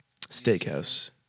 Steakhouse